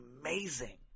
amazing